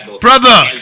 Brother